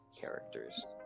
characters